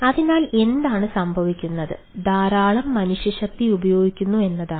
അതിനാൽ എന്താണ് സംഭവിക്കുന്നത് ധാരാളം മനുഷ്യശക്തി ഉപയോഗിക്കുന്നു എന്നതാണ്